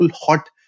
hot